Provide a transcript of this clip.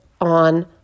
on